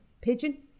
pigeon